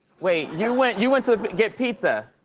wait, you went you went to get pizza.